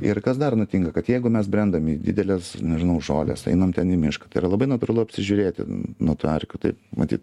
ir kas dar nutinka kad jeigu mes brendam į dideles nežinau žoles einam ten į mišką tai yra labai natūralu apsižiūrėti nuo tų erkių tai matyt